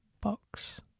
box